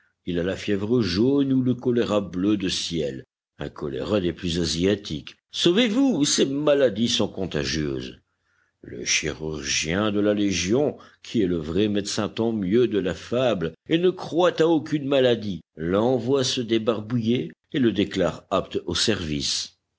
il a la fièvre jaune ou le choléra bleu de ciel un choléra des plus asiatiques sauvez-vous ces maladies sont contagieuses le chirurgien de la légion qui est le vrai médecin tant-mieux de la fable et ne croit à aucune maladie l'envoie se débarbouiller et le déclare apte au service